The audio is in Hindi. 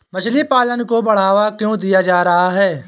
मछली पालन को बढ़ावा क्यों दिया जा रहा है?